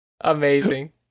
Amazing